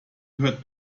gehört